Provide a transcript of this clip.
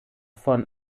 von